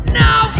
now